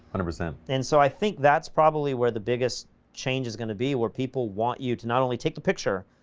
on a resume, and so i think that's probably where the biggest change is gonna be, where people want you to not only take a picture,